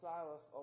Silas